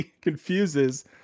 confuses